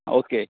okay